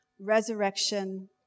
Resurrection